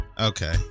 okay